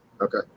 Okay